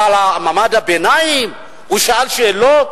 אבל על מעמד הביניים, הוא שאל שאלות?